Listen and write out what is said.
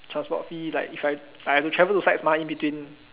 transport fee like if I I have to travel to sites mah in between